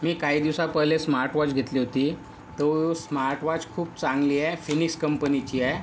मी काही दिवसा पहिले स्मार्टवॉच घेतली होती तो स्मार्टवॉच खूप चांगली आहे फिनिक्स कंपनीची आहे